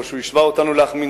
או כשהוא השווה אותנו לאחמדינג'אד,